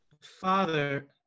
Father